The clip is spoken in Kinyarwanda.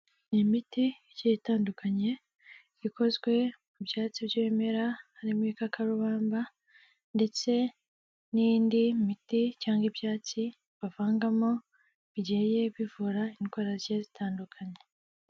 Iyi miti igiye itandukanye ikozwe mu byatsi by'ibimera harimo igikakarubamba ndetse n'indi miti cyangwa ibyatsi bavangamo bigiye bivura indwara zigiye zitandukanye.